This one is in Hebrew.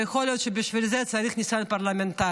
ויכול להיות שבשביל זה צריך ניסיון פרלמנטרי.